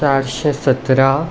चारशें सतरा